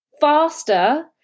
faster